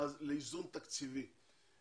לאיזון תקציבי.